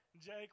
Jake